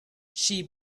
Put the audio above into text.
she